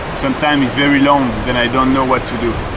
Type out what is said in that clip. sometime it's very long, then i don't know what to do.